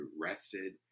rested